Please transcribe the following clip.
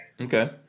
Okay